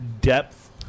depth